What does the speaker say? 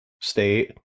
state